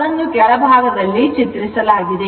ಅದನ್ನು ಕೆಳಭಾಗದಲ್ಲಿ ಚಿತ್ರಿಸಲಾಗಿದೆ